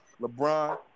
LeBron